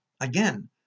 again